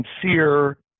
sincere